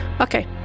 Okay